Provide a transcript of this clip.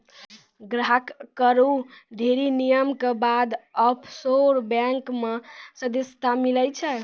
ग्राहक कअ ढ़ेरी नियम के बाद ऑफशोर बैंक मे सदस्यता मीलै छै